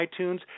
iTunes